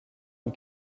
une